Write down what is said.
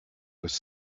was